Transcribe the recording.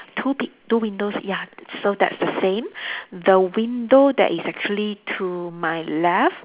two pi~ two windows ya so that's the same the window that is actually to my left